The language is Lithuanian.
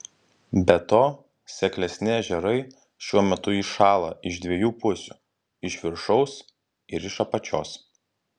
be to seklesni ežerai šiuo metu įšąla iš dviejų pusių iš viršaus ir iš apačios